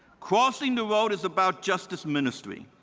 crossing the road is about justice ministry.